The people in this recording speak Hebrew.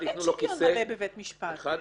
מלא בבית משפט.